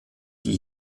die